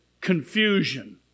confusion